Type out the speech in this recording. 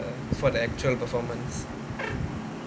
before the actual performance